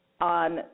on